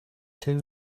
too